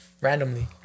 randomly